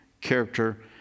character